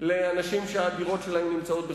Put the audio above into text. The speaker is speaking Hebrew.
לאנשים שהדירות שלהם נמצאות בחכירה.